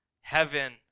heaven